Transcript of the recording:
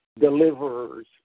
deliverers